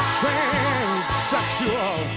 transsexual